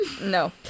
No